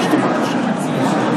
כולל מי שהגיש את הבקשה.